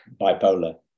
bipolar